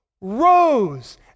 rose